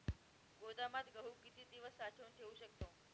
गोदामात गहू किती दिवस साठवून ठेवू शकतो?